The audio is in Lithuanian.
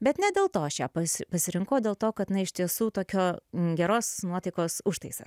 bet ne dėl to aš ją pas pasirinkau o dėl to kad jinai iš tiesų tokio geros nuotaikos užtaisas